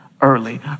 early